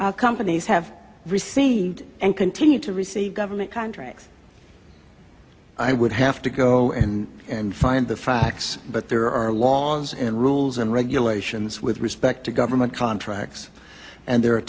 companies have received and continue to receive government contracts i would have to go in and find the facts but there are laws and rules and regulations with respect to government contracts and there are